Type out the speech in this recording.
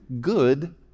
good